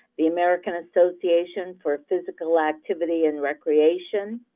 the american association for physical activity and recreation,